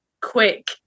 quick